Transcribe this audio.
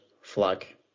flag